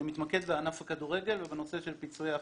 שמתמקד בענף הכדורגל ובנושא של פיצויי ההכשרה.